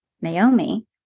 naomi